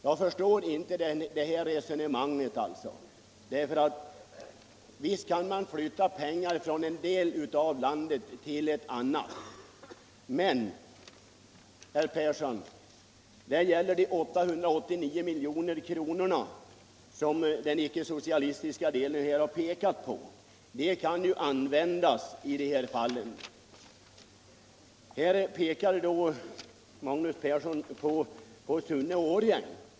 Jag förstår inte det resonemang man för här: Visst kan man flytta pengar från en del av landet till en annan. Men, herr Persson i Karlstad, det gäller dessa 889 milj.kr. som den icke-socialistiska delen här har pekat på. Dessa pengar kan ju användas i det här fallet. Här pekar Magnus Persson på Sunne och Årjäng.